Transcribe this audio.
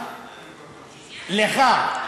משפט סיכום.